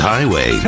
Highway